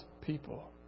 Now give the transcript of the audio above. people